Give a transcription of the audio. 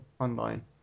online